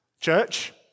church